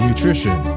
Nutrition